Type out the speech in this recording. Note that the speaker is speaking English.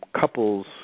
couples